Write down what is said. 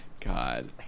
God